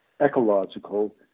ecological